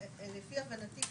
לפי הבנתי כרגע,